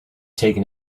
taken